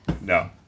No